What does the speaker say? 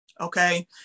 Okay